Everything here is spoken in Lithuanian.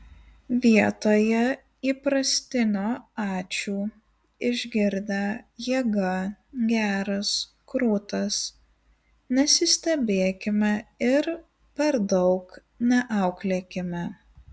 vietoje įprastinio ačiū išgirdę jėga geras krūtas nesistebėkime ir per daug neauklėkime